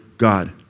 God